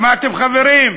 שמעתם, חברים?